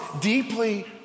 deeply